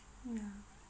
yeah